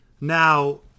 Now